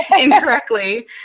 incorrectly